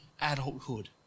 adulthood